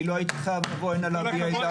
אני לא הייתי חייב להוא הנה להביע את דעתי.